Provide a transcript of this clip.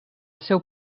seu